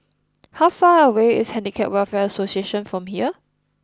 how far away is Handicap Welfare Association from here